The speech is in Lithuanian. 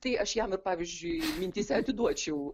tai aš jam ir pavyzdžiui mintyse atiduočiau